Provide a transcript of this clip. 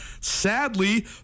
Sadly